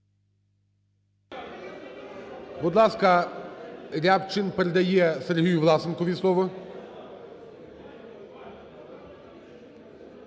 Будь ласка, Рябчин передає Сергію Власенко слово.